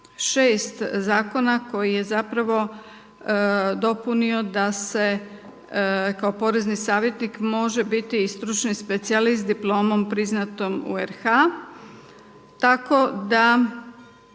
6. zakona koji je zapravo dopunio da kao porezni savjetnik može biti i stručni specijalist diplomom priznatom u RH. Tako da